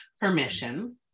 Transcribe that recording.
permission